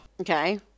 okay